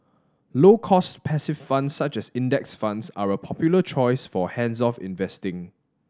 low cost passive funds such as Index Funds are a popular choice for hands off investing